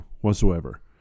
whatsoever